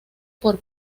por